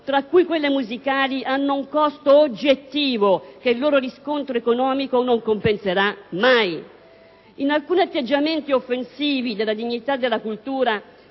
più seri lo dimostrano), hanno un costo oggettivo che il loro riscontro economico non compenserà mai. In alcuni atteggiamenti offensivi della dignità della cultura